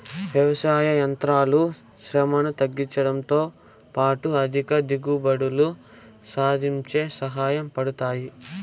వ్యవసాయ యంత్రాలు శ్రమను తగ్గించుడంతో పాటు అధిక దిగుబడులు సాధించేకి సహాయ పడతాయి